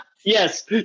Yes